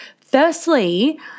firstly